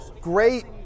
great